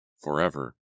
forever